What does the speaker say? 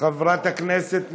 חבר הכנסת אייכלר,